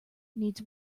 needs